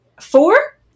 Four